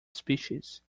species